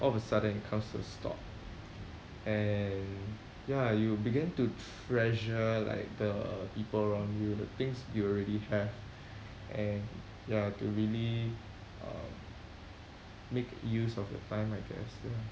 all of a sudden it comes to a stop and ya you begin to treasure like the people around you the things you already have and ya to really um make use of your time I guess ya